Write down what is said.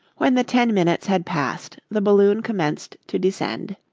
when the ten minutes had passed the balloon commenced to descend.